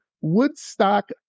Woodstock